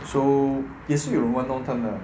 so 也是有人玩 long term 的